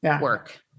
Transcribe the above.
work